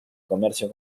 comercio